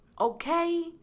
okay